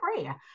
prayer